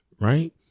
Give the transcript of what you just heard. Right